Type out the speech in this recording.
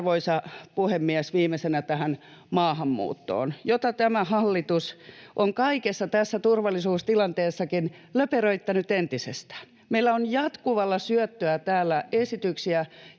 arvoisa puhemies, viimeisenä maahanmuuttoon, jota tämä hallitus on kaikessa tässä turvallisuustilanteessakin löperöittänyt entisestään. Meillä on jatkuvalla syötöllä täällä esityksiä,